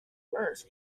earth